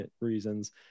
reasons